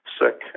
sick